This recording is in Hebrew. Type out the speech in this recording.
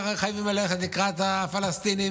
חייבים ללכת לקראת הפלסטינים,